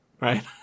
Right